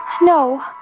No